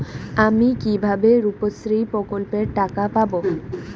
আমি কিভাবে রুপশ্রী প্রকল্পের টাকা পাবো?